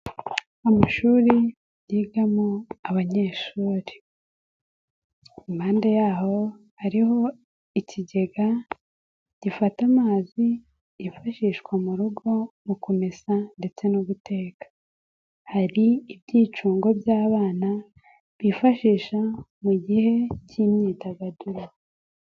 Amashuri yigamo abanyeshuri, impande yaho hariho ikigega gifata amazi yifashishwa mu rugo mu kumesa ndetse no guteka. Hari ibyicungo by'abana bifashisha mu gihe cy'imyidagaduro.